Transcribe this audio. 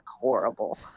horrible